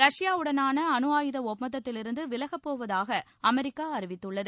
ரஷ்பாவுடனான அனுஆயுத ஒப்பந்தத்திலிருந்து விலகப்போவதாக அமெரிக்கா அறிவித்துள்ளது